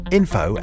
info